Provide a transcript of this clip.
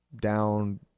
down